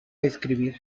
escribir